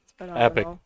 epic